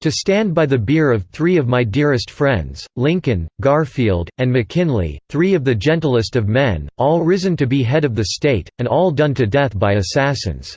to stand by the bier of three of my dearest friends, lincoln, garfield, and mckinley, three of the gentlest of men, all risen to be head of the state, and all done to death by assassins